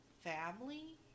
family